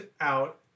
out